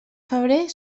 febrer